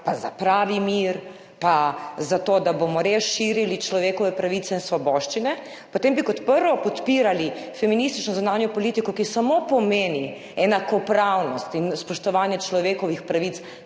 pa za pravi mir, pa za to, da bomo res širili človekove pravice in svoboščine, potem bi kot prvo podpirali feministično zunanjo politiko, ki samo pomeni enakopravnost in spoštovanje človekovih pravic